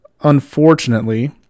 Unfortunately